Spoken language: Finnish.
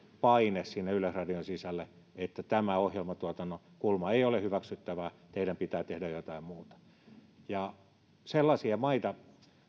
paine sinne yleisradion sisälle että tämä ohjelmatuotannon kulma ei ole hyväksyttävä teidän pitää tehdä jotain muuta sellaisia maita